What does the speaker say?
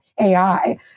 AI